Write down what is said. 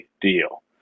deal